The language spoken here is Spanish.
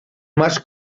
más